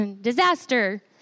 disaster